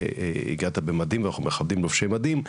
הגעת במדים ואנחנו מכבדים לובשי מדים: